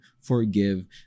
forgive